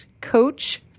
Coach